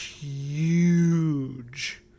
huge